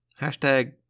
Hashtag